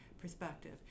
perspective